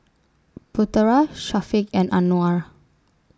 Putera Syafiq and Anuar